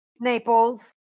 Naples